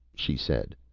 she said.